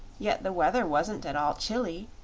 yet the weather wasn't at all chilly,